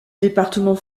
département